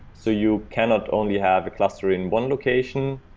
so you cannot only have a cluster in one location,